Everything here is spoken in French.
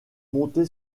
montée